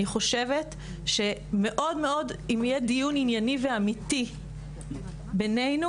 אני מבקשת שיהיה דיון ענייני ואמיתי בינינו,